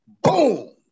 Boom